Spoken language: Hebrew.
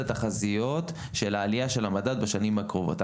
התחזיות של העלייה של המדד בשנים הקרובות.